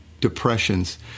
depressions